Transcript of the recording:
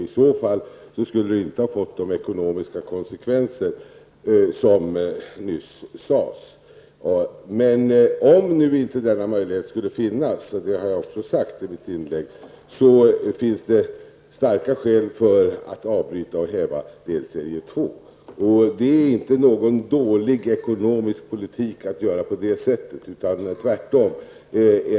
I så fall hade inte de ekonomiska konsekvenserna blivit av det slag som nyss nämndes. Om denna möjlighet inte skulle finnas -- vilket jag också sade i mitt anförande -- är skälen starka för att avbryta och häva delserie 2. Det är inte någon dålig ekonomisk politik att göra på det sättet, utan tvärtom.